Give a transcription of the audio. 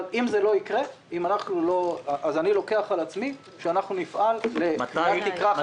אבל אם זה לא יקרה אז אני לוקח על עצמי שאנחנו נפעל לקביעת תקרה חדשה.